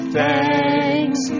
thanks